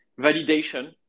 validation